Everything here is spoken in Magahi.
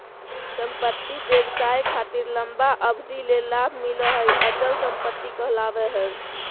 संपत्ति व्यवसाय खातिर लंबा अवधि ले लाभ मिलो हय अचल संपत्ति कहलावय हय